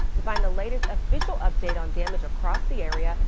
to find the latest official update on damage across the area.